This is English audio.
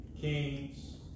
Kings